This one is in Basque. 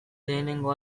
lehenengo